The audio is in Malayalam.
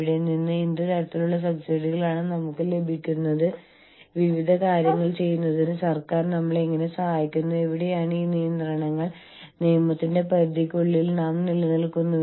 കുടിയേറ്റം എന്നതുകൊണ്ട് സൂചിപ്പിക്കുന്നത് താമസിക്കുക ജീവിക്കുക ജോലി ചെയ്യുക പഠിക്കുക തുടങ്ങിയ ആവശ്യങ്ങൾക്കായി ആളുകൾ യാത്ര ചെയ്യുന്നു അതിർത്തിക്കപ്പുറത്തേക്ക് നീങ്ങുന്നു